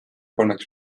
kolmeks